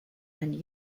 and